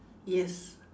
yes